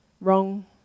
wrong